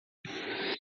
ele